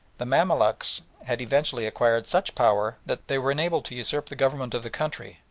the mamaluks had eventually acquired such power that they were enabled to usurp the government of the country,